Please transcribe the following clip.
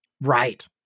Right